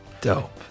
Dope